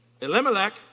Elimelech